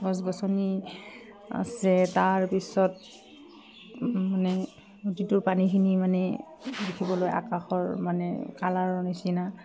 গছ গছনি আছে তাৰপিছত মানে নদীটোৰ পানীখিনি মানে দেখিবলৈ আকাশৰ মানে কালাৰৰ নিচিনা